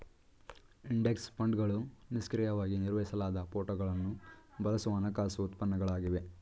index ಫಂಡ್ಗಳು ನಿಷ್ಕ್ರಿಯವಾಗಿ ನಿರ್ವಹಿಸಲಾಗದ ಫೋಟೋಗಳನ್ನು ಬಳಸುವ ಹಣಕಾಸು ಉತ್ಪನ್ನಗಳಾಗಿವೆ